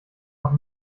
noch